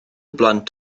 blant